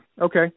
Okay